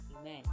Amen